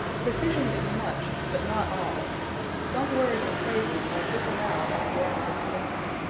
precision is much, but not all some words and phrases are disallowed on the ground of taste.